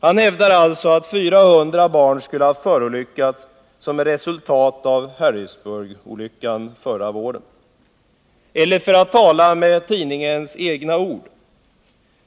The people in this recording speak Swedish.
Han hävdar alltså att 400 barn skulle ha förolyckats som ett resultat av Harrisburgolyckan förra året. Tidningen skriver: